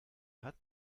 hat